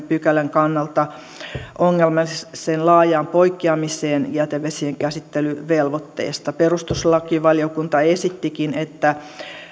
pykälän kannalta ongelmallisen laajaan poikkeamiseen jätevesien käsittelyvelvoitteista perustuslakivaliokunta esittikin että